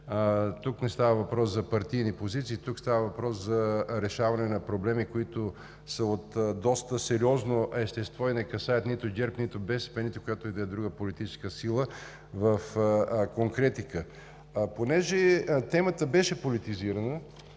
Тук не става въпрос за партийни позиции, става въпрос за решаване на проблеми, които са от доста сериозно естество и не касаят нито ГЕРБ, нито БСП, нито която и да е друга политическа сила. В конкретика – понеже темата беше политизирана